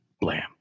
blam